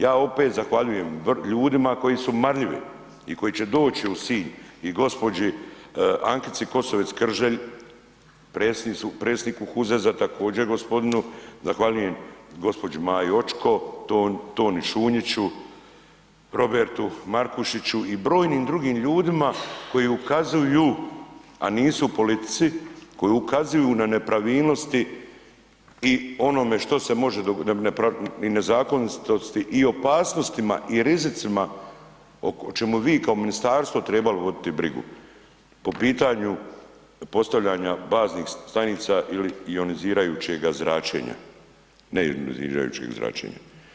Ja opet zahvaljujem ljudima koji su marljivi i koji će doći u Sinj, i gospođi Ankici Kosovec Krželj, predsjedniku HUZEZ-a također, gospodinu zahvaljujem, gospođi Maji Očko, Toni Šunjiću, Robertu Markušiću, i brojnim drugim ljudima koji ukazuju, a nisu u politici, koji ukazuju na nepravilnosti i onome što se može dogoditi, i nezakonitosti, i opasnostima, i rizicima o čemu vi kao Ministarstvo trebalo voditi brigu po pitanju postavljanja baznih stanica ili ionizirajućega zračenja, neionizirajućega zračenja.